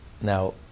now